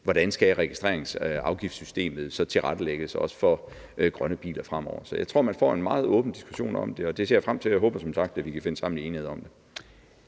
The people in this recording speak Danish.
hvordan registreringsafgiftssystemet så skal tilrettelægges, også for grønne biler, fremover. Så jeg tror, at man får en meget åben diskussion om det, og det ser jeg frem til. Jeg håber som sagt, at vi kan finde sammen i enighed om det.